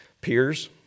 peers